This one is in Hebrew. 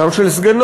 גם של סגנו,